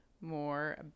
more